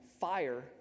fire